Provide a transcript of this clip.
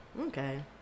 Okay